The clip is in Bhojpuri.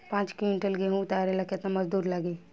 पांच किविंटल गेहूं उतारे ला केतना मजदूर लागी?